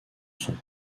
sont